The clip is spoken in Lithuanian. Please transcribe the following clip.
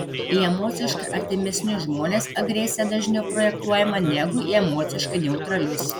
į emociškai artimesnius žmones agresija dažniau projektuojama negu į emociškai neutralius